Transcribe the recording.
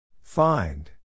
Find